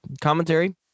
commentary